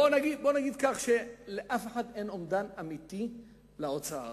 בוא נגיד שלאף אחד אין אומדן אמיתי של ההוצאה הזאת.